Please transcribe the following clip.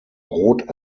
rot